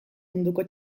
munduko